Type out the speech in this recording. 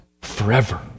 forever